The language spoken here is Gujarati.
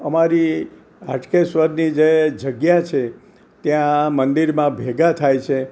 અમારી હાટકેશ્વરની જે જગ્યા છે ત્યાં મંદિરમાં ભેગાં થાય છે